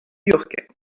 yorkais